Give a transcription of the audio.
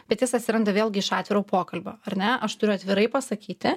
bet jis atsiranda vėlgi iš atviro pokalbio ar ne aš turiu atvirai pasakyti